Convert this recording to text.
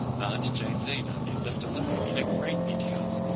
aunt jamesina is left alone in a great big house,